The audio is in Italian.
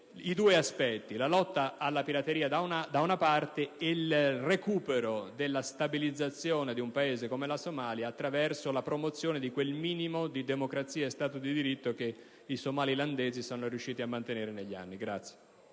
i due aspetti della lotta alla pirateria da una parte e del recupero della stabilizzazione di un Paese come la Somalia dall'altra, attraverso la promozione di quel minimo di democrazia e di Stato di diritto che i somalilandesi sono riusciti a mantenere negli anni.